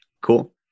Cool